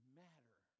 matter